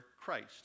Christ